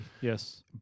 yes